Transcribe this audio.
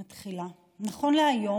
להיום,